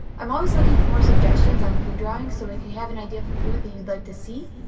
i'm always looking for more suggestions on food drawings, so if you have an idea for food that you'd like to see.